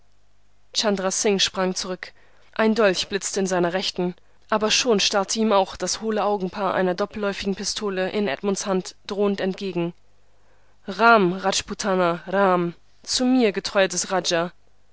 sprang zurück ein dolch blitzte in seiner rechten aber schon starrte ihm auch das hohle augenpaar einer doppelläufigen pistole in edmunds hand drohend entgegen rm rajputana rm zu mir getreue des raja